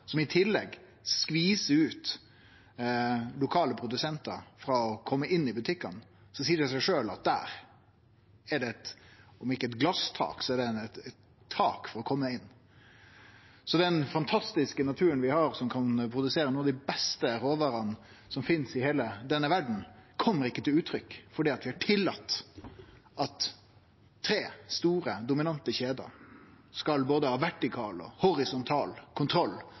som i tillegg skvisar ut lokale produsentar frå å kome inn i butikkane, seier det seg sjølv at der er det om ikkje eit glastak, så eit tak for å kome seg inn. Så den fantastiske naturen vi har, som kan produsere nokre av dei beste råvarene som finst i heile verda – dette kjem ikkje til uttrykk, fordi vi har tillate at tre store, dominante kjeder skal ha både vertikal og horisontal kontroll